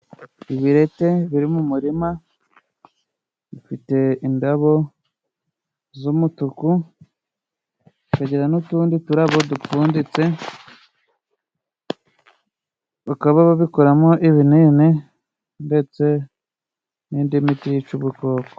Ibireti biri mu murima, bifite indabo z'umutuku, zikagira n'utundi turabo dupfunditse, bakaba babikuramo ibinini ndetse n'indi miti yica udukoko.